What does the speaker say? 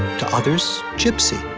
to others, gypsy.